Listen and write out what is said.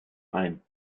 ein